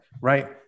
Right